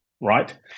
right